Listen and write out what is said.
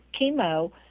chemo